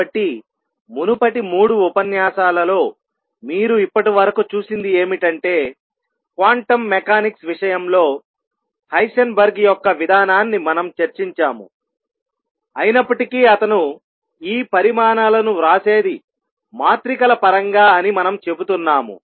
కాబట్టి మునుపటి 3 ఉపన్యాసాలలో మీరు ఇప్పటివరకు చూసింది ఏమిటంటే క్వాంటం మెకానిక్స్ విషయంలో హైసెన్బర్గ్ యొక్క విధానాన్ని మనం చర్చించాము అయినప్పటికీ అతను ఈ పరిమాణాలను వ్రాసేది మాత్రికల పరంగా అని మనం చెబుతున్నాము